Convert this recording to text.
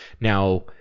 Now